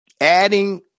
adding